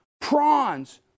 prawns